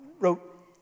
wrote